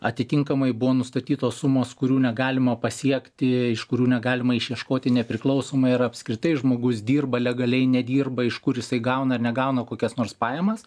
atitinkamai buvo nustatytos sumos kurių negalima pasiekti iš kurių negalima išieškoti nepriklausomai ar apskritai žmogus dirba legaliai nedirba iš kur jisai gauna ar negauna kokias nors pajamas